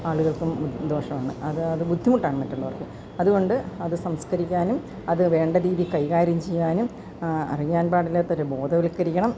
ആളുകൾക്കും ദോഷവാണ് അത് അത് ബുദ്ധിമുട്ടാണ് മറ്റുള്ളവർക്ക് അത്കൊണ്ട് അത് സംസ്കരിക്കാനും അത് വേണ്ടരീതീയിൽ കൈകാര്യം ചെയ്യാനും അറിയാൻ പാടില്ലാത്തവരെ ബോധവൽക്കരിക്കണം